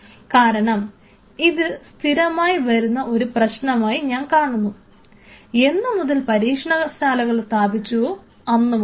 കാരണം ഇത് സ്ഥിരമായി വരുന്ന ഒരു പ്രശ്നമായി ഞാൻ കാണുന്നു എന്നു മുതൽ പരീക്ഷണശാലകൾ സ്ഥാപിച്ചുവോ അന്നുമുതൽ